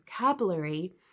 vocabulary